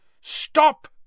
Stop